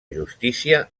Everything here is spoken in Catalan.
justícia